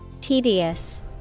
tedious